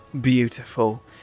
beautiful